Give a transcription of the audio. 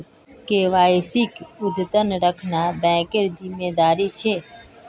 केवाईसीक अद्यतन रखना बैंकेर जिम्मेदारी छे